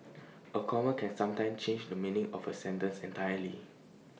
A comma can sometime change the meaning of A sentence entirely